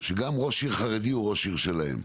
שגם ראש עיר חרדי הוא ראש עיר שלהם.